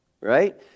Right